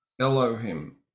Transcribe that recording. elohim